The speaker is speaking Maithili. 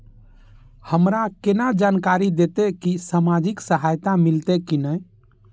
हमरा केना जानकारी देते की सामाजिक सहायता मिलते की ने?